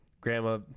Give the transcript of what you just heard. Grandma